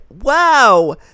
Wow